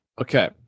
Okay